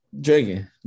Drinking